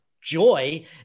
joy